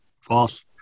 False